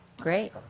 Great